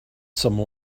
some